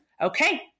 Okay